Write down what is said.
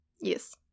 Yes